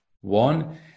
One